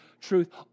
truth